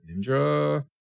Ninja